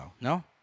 No